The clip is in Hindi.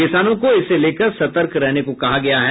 किसानों को इसको लेकर सतर्क रहने को कहा गया है